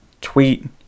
tweet